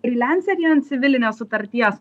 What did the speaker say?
frylencerį ant civilinės sutarties